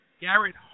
Garrett